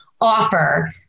offer